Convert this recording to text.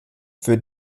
für